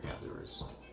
gatherers